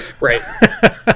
Right